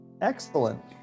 excellent